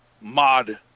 mod